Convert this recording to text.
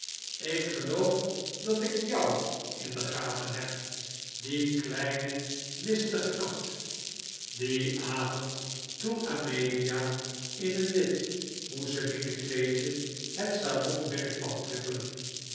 ik geloof dat ik jou in de gaten heb die kleine listige kat dien avond toen amelia in een wit mouselinen kleedje het salon binnen